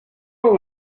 como